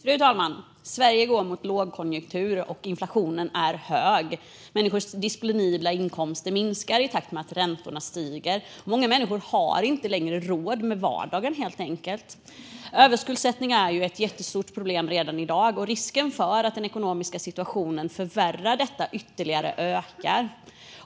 Fru talman! Sverige går mot lågkonjunktur, och inflationen är hög. Människors disponibla inkomster minskar i takt med att räntorna stiger. Många människor har helt enkelt inte längre råd med vardagen. Överskuldsättning är ett jättestort problem redan i dag, och risken för att den ekonomiska situationen förvärrar detta ytterligare ökar.